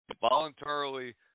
voluntarily